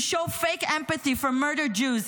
You show fake empathy for murdered Jews,